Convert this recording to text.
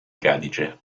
cadice